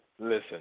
Listen